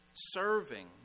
Serving